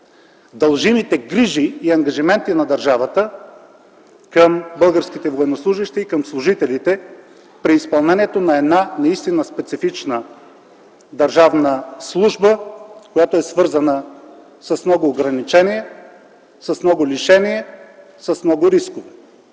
дължимите грижи и ангажименти на държавата към българските военнослужещи и към служителите при изпълнението на една наистина специфична държавна служба, която е свързана с много ограничения, с много лишения, с много рискове.